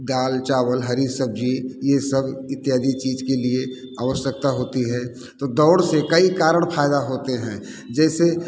दाल चावल हरी सब्जी ये सब इत्यादि चीज के लिए आवश्यकता होती है तो दौड़ से कई कारण फायदा होते हैं जैसे